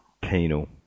Penal